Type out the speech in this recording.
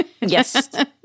Yes